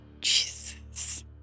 Jesus